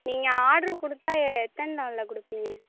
நீங்கள் ஆட்ரு கொடுத்தா எத்தனை நாளில் கொடுப்பீங்க